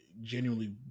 genuinely